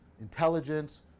intelligence